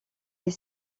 est